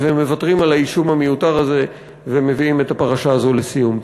מוותרים על האישום המיותר הזה ומביאים את הפרשה הזו לסיום.